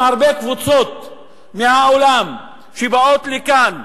הרבה קבוצות מהעולם שבאות לבקר בישראל,